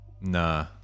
Nah